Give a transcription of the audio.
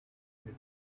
you